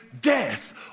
death